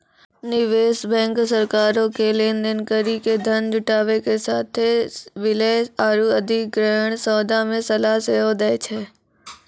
निवेश बैंक सरकारो के लेन देन करि के धन जुटाबै के साथे विलय आरु अधिग्रहण सौदा मे सलाह सेहो दै छै